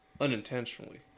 Unintentionally